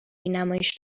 نمایش